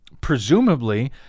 presumably